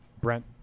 Brent